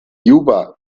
juba